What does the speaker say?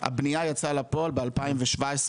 הבנייה יצאה לפועל ב-2017,